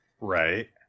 Right